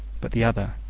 but the other,